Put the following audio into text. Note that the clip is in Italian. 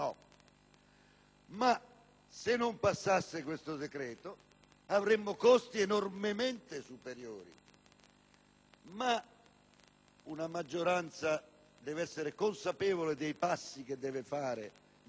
ma, se non passasse questo decreto, avremmo costi enormemente superiori; una maggioranza, però, deve essere consapevole dei passi che deve compiere, via via